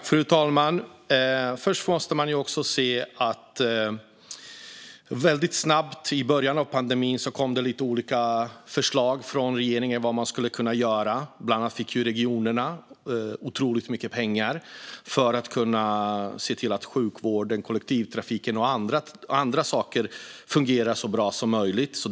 Fru talman! För det första måste man också se att det väldigt snabbt i början av pandemin kom lite olika förslag från regeringen om vad man skulle kunna göra. Bland annat fick regionerna otroligt mycket pengar för att kunna se till att sjukvården, kollektivtrafiken och andra saker fungerar så bra som möjligt.